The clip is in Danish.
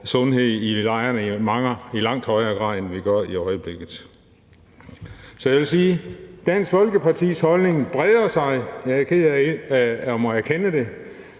sundhed i lejrene i langt højere grad, end vi gør i øjeblikket. Så jeg vil sige, at Dansk Folkepartis holdning breder sig. Jeg er ked af at måtte erkende det,